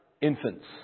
infants